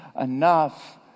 enough